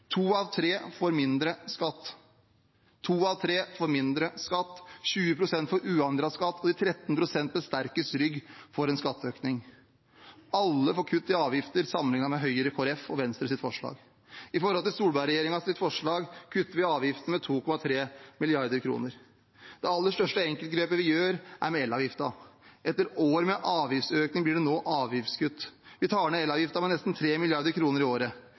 To av tre får mindre i skatt, 20 pst. får uendret skatt, og de 13 pst. med sterkest rygg får en skatteøkning. Alle får kutt i avgifter sammenlignet med Høyre, Kristelig Folkeparti og Venstres forslag. I forhold til Solberg-regjeringens forslag kutter vi avgiftene med 2,3 mrd. kr. Det aller største enkeltgrepet vi gjør, er med elavgiften. Etter år med avgiftsøkning blir det nå avgiftskutt. Vi tar ned elavgiften med nesten 3 mrd. kr i året.